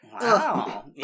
Wow